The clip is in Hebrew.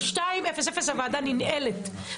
ב-14:00 הוועדה ננעלת,